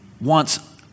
wants